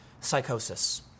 psychosis